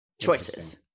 choices